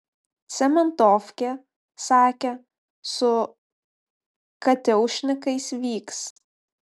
cementofkė sakė su kateušnikais vyks